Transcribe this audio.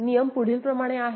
नियम पुढीलप्रमाणे आहेत